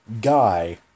guy